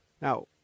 Now